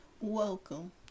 Welcome